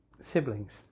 siblings